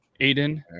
Aiden